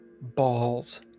balls